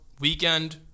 weekend